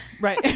Right